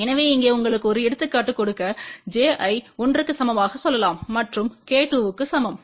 எனவே இங்கே உங்களுக்கு ஒரு எடுத்துக்காட்டு கொடுக்க j ஐ 1 க்கு சமமாக சொல்லலாம் மற்றும் k 2 க்கு சமம்